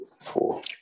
four